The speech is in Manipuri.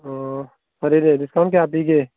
ꯑꯥ ꯐꯔꯦꯅꯦ ꯗꯤꯁꯀꯥꯎꯟ ꯀꯌꯥ ꯄꯤꯒꯦ